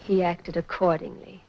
he acted accordingly